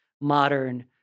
modern